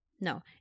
No